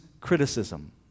criticism